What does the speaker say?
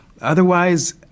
otherwise